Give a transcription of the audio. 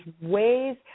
ways